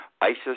ISIS